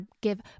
give